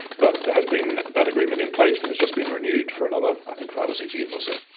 but there has been that agreement in place and it's just been renewed for another i think five or six years or so.